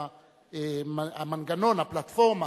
והמנגנון והפלטפורמה